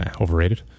Overrated